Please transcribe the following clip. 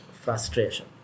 frustration